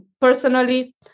personally